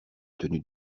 tenue